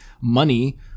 money